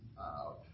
out